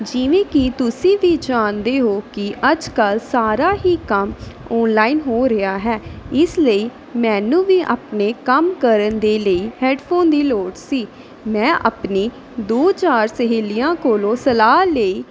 ਜਿਵੇਂ ਕਿ ਤੁਸੀ ਵੀ ਜਾਣਦੇ ਹੋ ਕਿ ਅੱਜ ਕੱਲ੍ਹ ਸਾਰਾ ਹੀ ਕੰਮ ਔਨਲਾਈਨ ਹੋ ਰਿਹਾ ਹੈ ਇਸ ਲਈ ਮੈਨੂੰ ਵੀ ਆਪਣੇ ਕੰਮ ਕਰਨ ਦੇ ਲਈ ਹੈੱਡਫੋਨ ਦੀ ਲੋੜ ਸੀ ਮੈਂ ਆਪਣੀਆਂ ਦੋ ਚਾਰ ਸਹੇਲੀਆਂ ਕੋਲੋਂ ਸਲਾਹ ਲਈ